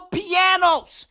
pianos